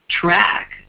track